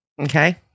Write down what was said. Okay